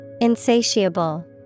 Insatiable